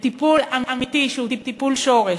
לטיפול אמיתי שהוא טיפול שורש,